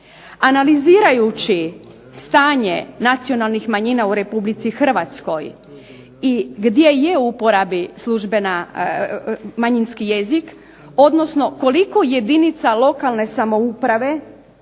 Analizirajući stanje nacionalnih manjina u Republici Hrvatskoj i gdje je u uporabi službena, odnosno manjinski jezik, odnosno koliko jedinica lokalne samouprave